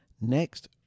Next